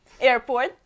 airport